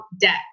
debt